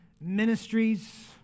ministries